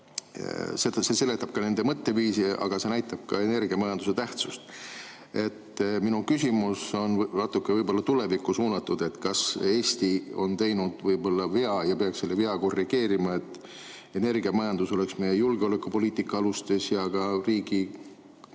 See seletab ka nende mõtteviisi, aga see näitab ka energiamajanduse tähtsust. Minu küsimus on natuke tulevikku suunatud. Kas Eesti on teinud vea ja peaks selle vea korrigeerima, et energiamajandus oleks meie julgeolekupoliitika alustes ja ka riigi kaitsepoliitikat